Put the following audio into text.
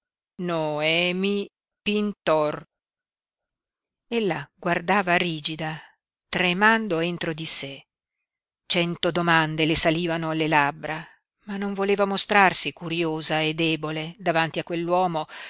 no e mi noemi pintor ella guardava rigida tremando entro di sé cento domande le salivano alle labbra ma non voleva mostrarsi curiosa e debole davanti a